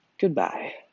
Goodbye